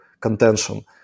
contention